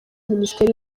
minisiteri